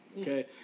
Okay